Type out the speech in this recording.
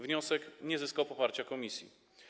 Wniosek nie zyskał poparcia komisji.